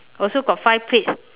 also got five plates